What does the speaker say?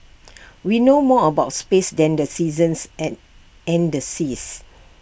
we know more about space than the seasons and and the seas